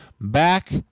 back